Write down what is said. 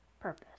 purpose